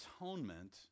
atonement